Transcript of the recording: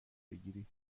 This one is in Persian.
بگیری